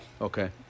Okay